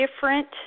different